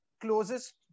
closest